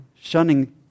shunning